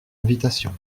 invitation